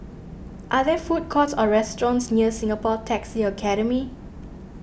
are there food courts or restaurants near Singapore Taxi Academy